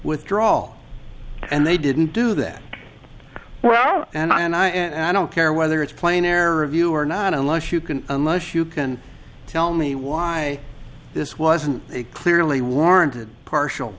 withdraw and they didn't do that well and i and i and i don't care whether it's plain error of you or not unless you can unless you can tell me why this wasn't a clearly warranted partial